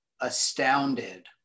astounded